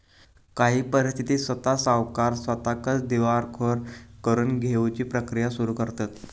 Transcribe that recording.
काही परिस्थितीत स्वता सावकार स्वताकच दिवाळखोर करून घेउची प्रक्रिया सुरू करतंत